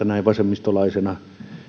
näin vasemmistolaisena